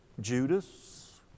Judas